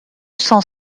cent